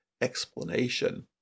explanation